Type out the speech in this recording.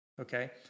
Okay